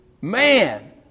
man